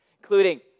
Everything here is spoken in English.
including